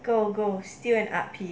go go steal an art piece